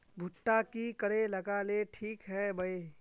भुट्टा की करे लगा ले ठिक है बय?